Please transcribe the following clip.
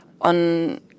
on